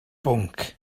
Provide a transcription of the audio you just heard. bwnc